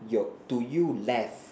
your to you less